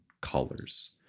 colors